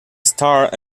starr